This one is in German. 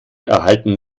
erhalten